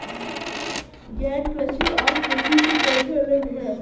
गहन कृषि आम कृषि से कैसे अलग है?